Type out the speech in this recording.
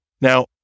Now